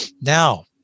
Now